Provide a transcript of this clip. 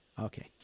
Okay